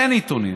אין עיתונים,